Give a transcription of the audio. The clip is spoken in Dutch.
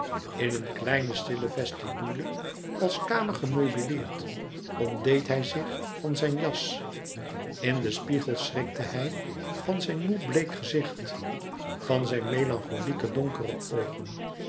in een kleine stille vestibule als kamer gemeubeleerd ontdeed hij zich van zijn jas in den spiegel schrikte hij van zijn moê bleek gezicht van zijn melancholieke donkere oogen